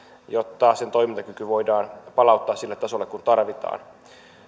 jotta sen toimintakyky voidaan palauttaa sille tasolle kuin tarvitaan